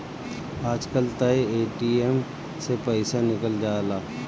आजकल तअ ए.टी.एम से पइसा निकल जाला